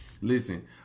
Listen